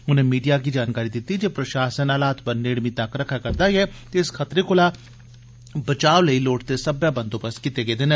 उनें मीडिया गी जानकारी दित्ती जे प्रशासन हालात पर नेड़मी तक्क रखै करदा ऐ ते इस खतरे कोला बचाव लेई लोड़चदे सब्बै बंदोबस्त कीते गेदे न